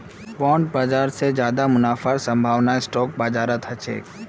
bond बाजार स ज्यादा मुनाफार संभावना स्टॉक बाजारत ह छेक